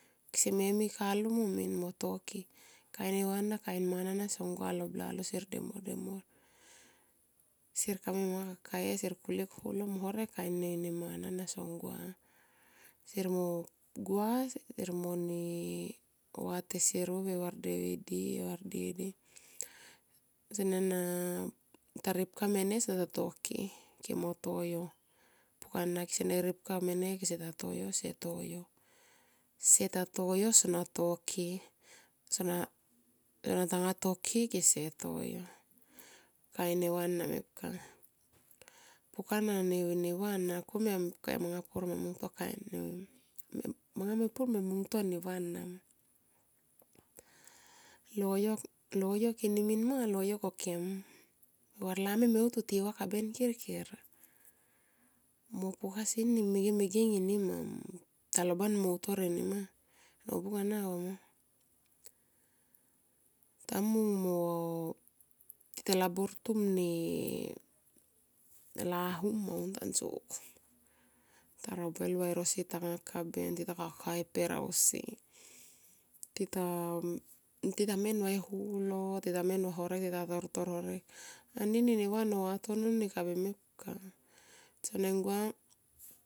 Kese mi kalung min moo toke. Kain neva ana kaisier n mana na song gua lo blalol sier demuor, demior. sier kami manga kakae sier kulik holo sier holo mo herk kain ne mana na song gua. Sier mo gua, sier mone vate sier buop a var devidi e vardiedi. Sene na ripka mene sona tatoke ke mo to yo pukana kesene ripka mene kese tato yo se toyo seta to yo sona toke sona tanga to ke ke toyo kain neva ana mepka. Pukana neva ana komia mepka e manga pur me mungto kain ana ma manga mepur me mungto kain neva nama. Loyok enimin ma, loyok okem varlami meutu tinga kaben kirkir mo puhasini megeng megeng enima taloban mo utor erima, nobung ana neva ma. Tamung mo tilabor tuma ne lahum ma aun tanso kom. Tita robel va e rosi tanga kaben tita kakae e per ausi titamen vae e holo tita men va herek tita tortor horek anini neva no vatono ni kabe mepka tseneng gua.